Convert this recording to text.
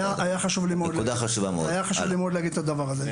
היה חשוב לי מאוד להגיד את הדבר הזה.